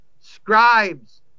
scribes